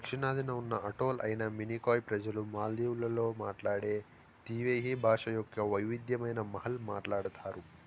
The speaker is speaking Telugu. దక్షిణాదిన ఉన్న అటోల్ అయిన మినికాయ్ ప్రజలు మాల్దీవులలో మాట్లాడే తీవేహి భాష యొక్క వైవిధ్యమైన మహల్ మాట్లాడతారు